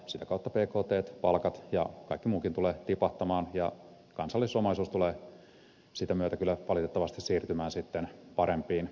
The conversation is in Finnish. sitä kautta bktt palkat ja kaikki muukin tulevat tipahtamaan ja kansallisomaisuus tulee sitä myötä kyllä valitettavasti siirtymään sitten parempiin käsiin